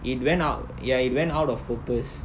it went out ya it went out of purpose